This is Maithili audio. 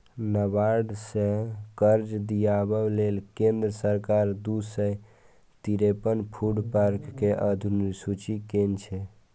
नाबार्ड सं कर्ज दियाबै लेल केंद्र सरकार दू सय तिरेपन फूड पार्क कें अधुसूचित केने छै